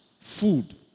Food